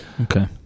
Okay